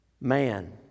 man